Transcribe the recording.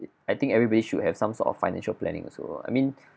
I think everybody should have some sort of financial planning also I mean